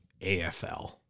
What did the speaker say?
AFL